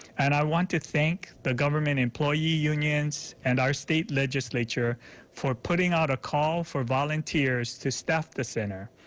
and i want to thank the government employee unions and our state legislature for putting out a call for volunteers to staff the center.